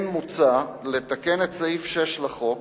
כן מוצע לתקן את סעיף 6 לחוק,